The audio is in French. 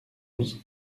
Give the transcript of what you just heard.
onze